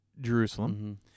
Jerusalem